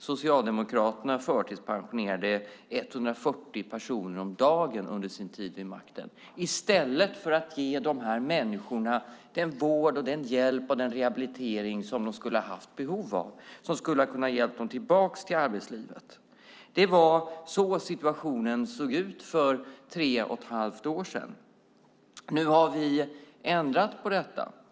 Socialdemokraterna förtidspensionerade 140 personer om dagen under sin tid vid makten - i stället för att ge dessa människor den vård, den hjälp och den rehabilitering som de skulle ha haft behov av, som skulle ha kunnat hjälpa dem tillbaka till arbetslivet. Det var så situationen såg ut för tre och ett halvt år sedan. Nu har vi ändrat på detta.